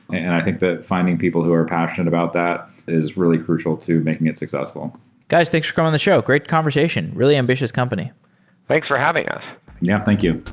and i think that finding people who are passionate about that is really crucial to making it successful guys, thanks for coming on the show. great conversation. really ambitious company thanks for having us yeah, thank you